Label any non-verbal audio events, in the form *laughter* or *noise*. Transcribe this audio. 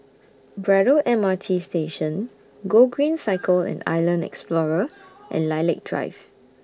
Braddell M R T Station Gogreen Cycle *noise* and Island Explorer *noise* and Lilac Drive